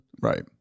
Right